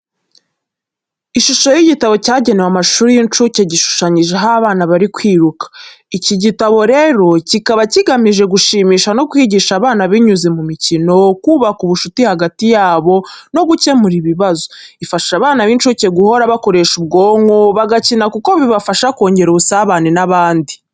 Ishusho y’igitabo cyagenewe amashuri y'incuke, gishushanyijeho abana bari kwiruka. Iki igitabo rero kikaba kigamije gushimisha no kwigisha abana binyuze mu mikino, kubaka ubucuti hagati yabo, no gukemura ibibazo. Ifasha abana b'incuke guhora bakoresha ubwonko, bagakina kuko bibafasha kongera ubusabane n'abandi.